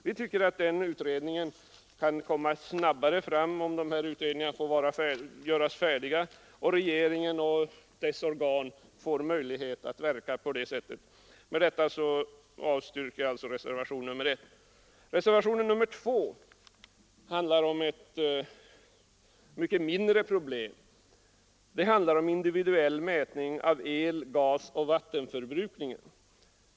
Vi menar att arbetet går snabbare, om utredningarna får göras färdiga och regeringen och dess organ sedan får möjlighet att verka. Med dessa ord yrkar jag bifall till utskottets hemställan under 1.1, vilket innebär avslag på reservationen 1. Reservationen 2 gäller ett mycket mindre problem, nämligen individuell mätning av el-, gasoch vattenförbrukning.